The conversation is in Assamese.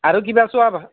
আৰু কিবা